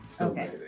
Okay